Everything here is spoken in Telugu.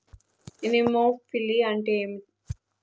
ఎనిమోఫిలి అంటే ఏంటి?